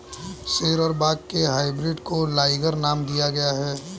शेर और बाघ के हाइब्रिड को लाइगर नाम दिया गया है